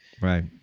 right